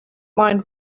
mind